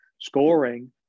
scoring